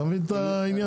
אתה מבין את העניין?